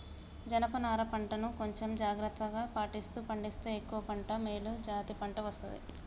జనప నారా పంట ను కొంచెం జాగ్రత్తలు పాటిస్తూ పండిస్తే ఎక్కువ పంట మేలు జాతి పంట వస్తది